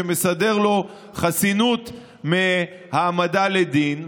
שמסדר לו חסינות מהעמדה לדין.